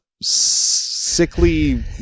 sickly